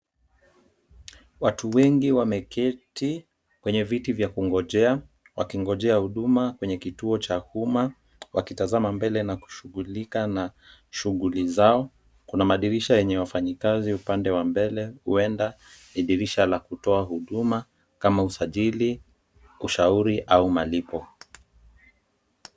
Watu wengi wameketi kwenye viti vya kungojea wakiongojea huduma kwenye kituo cha umma wakitazama mbele na kushughulika na shughuli zao. Kuna madirisha yenye wafanyikazi upande wa mbele huenda ni dirisha la kutoa huduma kama usajili, ushauri au malipo.